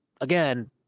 again